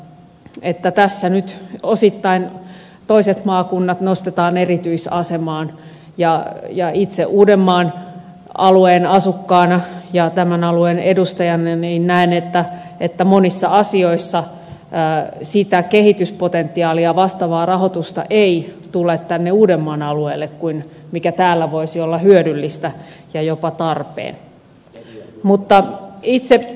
jokinen että tässä nyt osittain toiset maakunnat nostetaan erityisasemaan ja itse uudenmaan alueen asukkaana ja tämän alueen edustajana näen että monissa asioissa sitä kehityspotentiaalia vastaavaa rahoitusta ei tule tänne uudenmaan alueelle mikä täällä voisi olla hyödyllistä ja jopa tarpeen